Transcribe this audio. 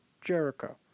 Jericho